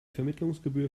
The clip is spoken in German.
vermittlungsgebühr